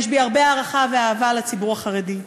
יש בי הרבה הערכה ואהבה לציבור החרדי.